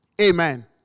Amen